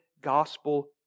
gospel